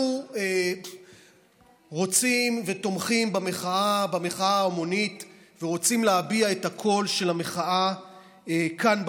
אנחנו רוצים ותומכים במחאה ההמונית ורוצים להביע את הקול של המחאה כאן,